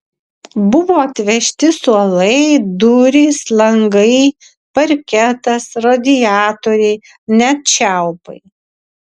buvo atvežti suolai durys langai parketas radiatoriai net čiaupai